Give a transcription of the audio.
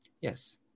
Yes